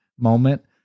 Moment